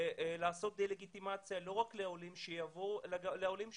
לעשות דה-לגיטימציה לא רק לעולים שיבואו אלא לעולים שבאו.